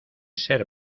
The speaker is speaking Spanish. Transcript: ser